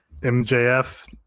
mjf